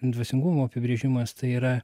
dvasingumo apibrėžimas tai yra